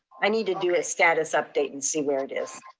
i need to do a status update and see where it is.